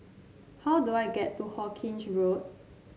how do I get to Hawkinge Road